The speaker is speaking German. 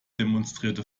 demonstrierte